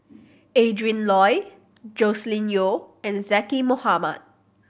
Adrin Loi Joscelin Yeo and Zaqy Mohamad